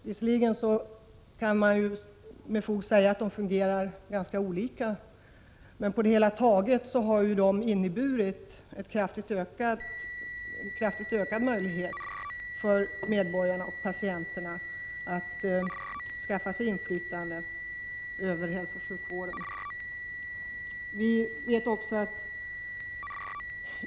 Visserligen kan man med fog säga att dessa nämnder fungerar ganska olika, men på det hela taget har de inneburit en kraftigt ökad möjlighet för medborgarna-patienterna att skaffa sig inflytande över hälsooch sjukvården.